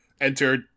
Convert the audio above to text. Enter